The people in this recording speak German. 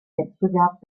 wettbewerb